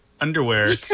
underwear